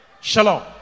Shalom